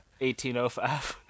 1805